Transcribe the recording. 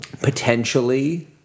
potentially